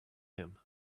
him